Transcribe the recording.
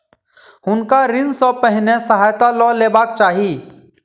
हुनका ऋण सॅ पहिने सहायता लअ लेबाक चाही